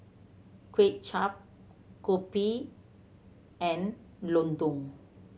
Kway Chap kopi and lontong